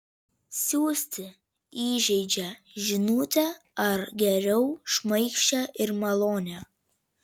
siųsti įžeidžią žinutę ar geriau šmaikščią ir malonią